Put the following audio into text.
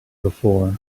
before